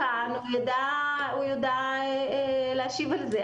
גור כאן והוא ידע להשיב על זה.